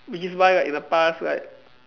which is why like in the past like